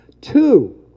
Two